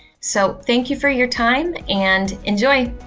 so thank you for your time and enjoy.